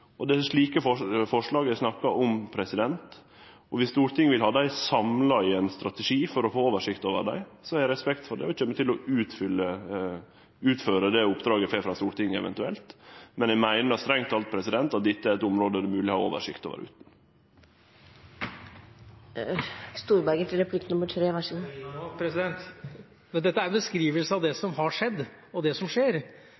Det er slike forslag eg snakka om. Dersom Stortinget vil ha dei samla i ein strategi for å få oversikt over dei, har eg respekt for det, og eg kjem til å utføre det oppdraget eg eventuelt får frå Stortinget, men eg meiner strengt teke at dette er eit området det er mogleg å ha oversikt over utan. Knut Storberget får ordet til replikk nr. 3. Jeg skal gi meg nå, president. Dette er en beskrivelse av det